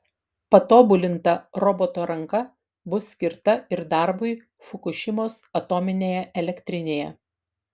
patobulinta roboto ranka bus skirta ir darbui fukušimos atominėje elektrinėje